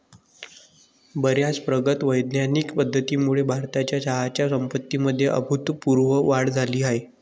बर्याच प्रगत वैज्ञानिक पद्धतींमुळे भारताच्या चहाच्या संपत्तीमध्ये अभूतपूर्व वाढ झाली आहे